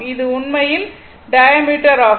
இது உண்மையில் டயாமீட்டர் ஆகும்